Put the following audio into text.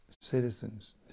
citizens